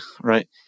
right